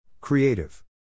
Creative